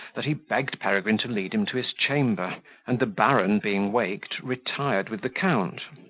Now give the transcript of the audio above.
that he begged peregrine to lead him to his chamber and the baron, being waked, retired with the count.